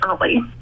early